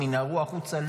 הם ינהרו החוצה,